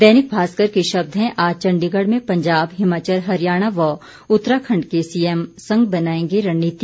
दैनिक भास्कर के शब्द हैं आज चंडीगढ़ में पंजाब हिमाचल हरियाणा व उत्तराखंड के सीएम संग बनाएंगे रणनीति